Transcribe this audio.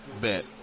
Bet